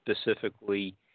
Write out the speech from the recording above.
specifically